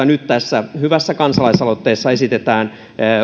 nyt tässä hyvässä kansalaisaloitteessa esitetään